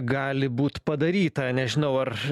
gali būt padaryta nežinau ar